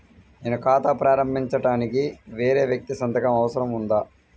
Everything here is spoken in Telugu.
నేను ఖాతా ప్రారంభించటానికి వేరే వ్యక్తి సంతకం అవసరం ఉందా?